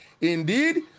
Indeed